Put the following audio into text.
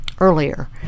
earlier